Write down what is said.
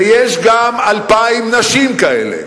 ויש גם 2,000 נשים כאלה,